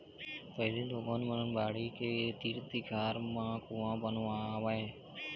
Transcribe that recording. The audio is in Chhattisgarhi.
पहिली लोगन मन बाड़ी के तीर तिखार म कुँआ बनवावय